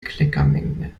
kleckermenge